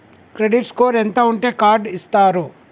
Credit score ఎంత ఉంటే card ఇస్తారు?